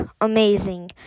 amazing